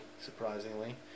surprisingly